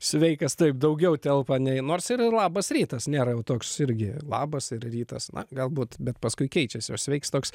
sveikas taip daugiau telpa nei nors ir labas rytas nėra jau toks irgi labas ir rytas na galbūt bet paskui keičiasi o sveiks toks